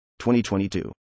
2022